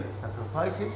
sacrifices